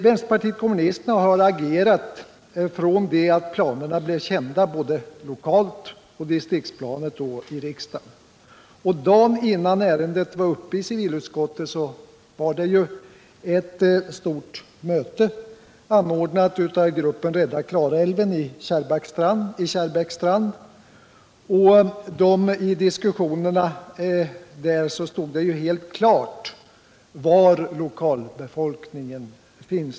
Vänsterpartiet kommunisterna har agerat mot detta ända sedan planerna blev kända, både lokalt, på distriktsplanet och i riksdagen. Dagen innan ärendet var uppe i civilutskottet var det ett stort möte anordnat av gruppen Rädda Klarälven i Kärrbackstrand. I diskussionerna där stod det helt klart var lokalbefolkningen finns.